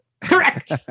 Correct